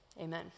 Amen